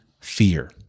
fear